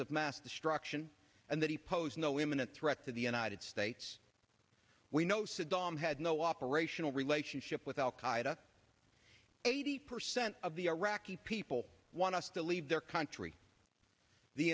of mass destruction and that he posed no imminent threat to the united states we know saddam had no operational relationship with al qaida eighty percent of the iraqi people want us to leave their country the